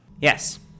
Yes